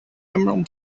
emerald